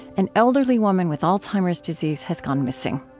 an elderly woman with alzheimer's disease has gone missing.